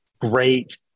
great